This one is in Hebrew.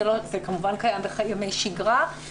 זה כמובן קיים בימי שיגרה,